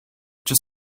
just